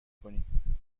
کنیم